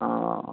ও